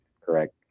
correct